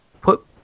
put